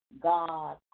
God